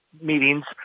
meetings